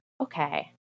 okay